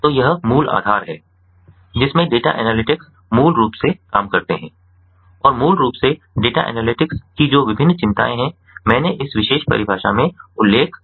तो यह मूल आधार है जिसमें डेटा एनालिटिक्स मूल रूप से काम करते हैं और मूल रूप से डेटा एनालिटिक्स की जो विभिन्न चिंताएं हैं मैंने इस विशेष परिभाषा में उल्लेख किया है